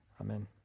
Amen